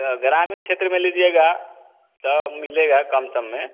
तो ग्रामीण छेत्र में लीजिएगा तो मिलेगा कम सम में